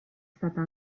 stata